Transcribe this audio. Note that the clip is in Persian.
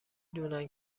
دونن